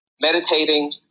meditating